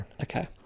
okay